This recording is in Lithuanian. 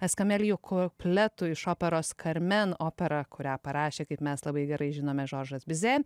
eskamelijų kupletų iš operos karmen opera kurią parašė kaip mes labai gerai žinome žordžas bizė